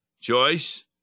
Joyce